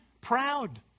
proud